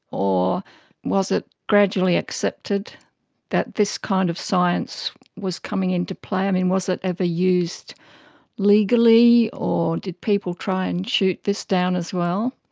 or was it gradually accepted that this kind of science was coming into play? um and was it ever used legally or did people try and shoot this down as well?